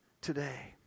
today